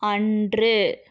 அன்று